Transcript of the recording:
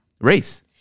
race